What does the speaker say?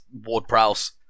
Ward-Prowse